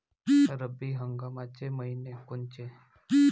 रब्बी हंगामाचे मइने कोनचे?